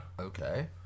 Okay